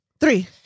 Three